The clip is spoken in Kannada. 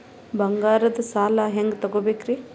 ಬಂಗಾರದ್ ಸಾಲ ಹೆಂಗ್ ತಗೊಬೇಕ್ರಿ?